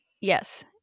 Yes